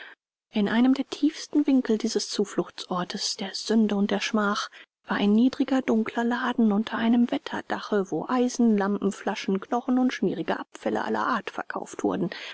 in einem der tiefsten winkel dieses zufluchtsortes der sünde und der schmach war ein niedriger dunkler laden unter einem wetterdache wo eisen lampen flaschen knochen und schmierige abfälle aller art verkauft wurden